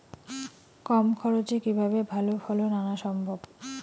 কম খরচে কিভাবে ভালো ফলন আনা সম্ভব?